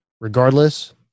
Regardless